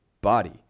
body